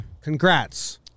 Congrats